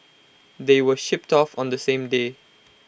they were shipped off on the same day